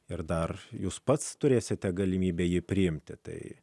ir dar jūs pats turėsite galimybę jį priimti tai